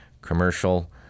commercial